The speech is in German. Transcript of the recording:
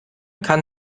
kann